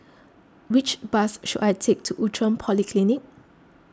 which bus should I take to Outram Polyclinic